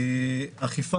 אכיפה